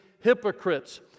hypocrites